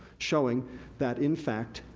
showing that, in fact,